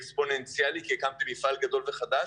אקספוננציאלי כי הקמתי מפעל גדול וחדש,